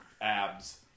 abs